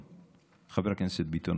חבר הכנסת ביטון,